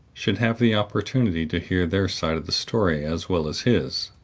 should have the opportunity to hear their side of the story as well as his.